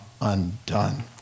undone